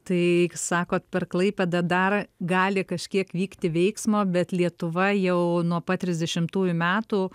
tai sakot per klaipėdą dar gali kažkiek vykti veiksmo bet lietuva jau nuo pat trisdešimtųjų metų